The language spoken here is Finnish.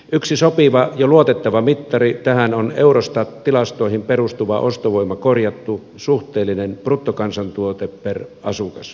yksi sopiva ja luotettava mittari tähän on eurostat tilastoihin perustuva ostovoimakorjattu suhteellinen bruttokansantuote per asukas